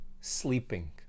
sleeping